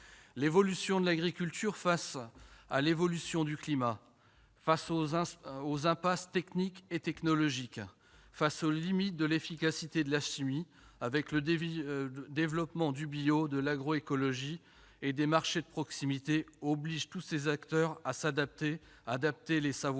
L'évolution de l'agriculture face à celle du climat, aux impasses techniques et technologiques et aux limites de l'efficacité de la chimie, et avec le développement du bio, de l'agroécologie et des marchés de proximité, oblige tous les acteurs agricoles à adapter leurs savoirs